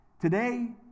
today